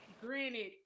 Granted